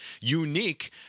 unique